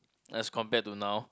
let's compare to now